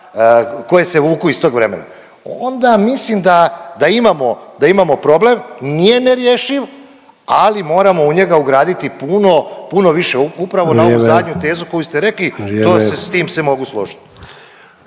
koje se vuku iz tog vremena. Onda mislim da imamo problem. Nije nerješiv, ali moramo u njega ugraditi puno, puno više upravo na ovu zadnju tezu koju ste rekli. To se, s tim se mogu složiti.